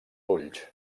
ulls